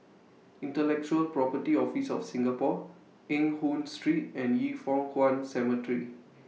Intellectual Property Office of Singapore Eng Hoon Street and Yin Foh Kuan Cemetery